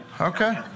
Okay